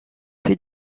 plus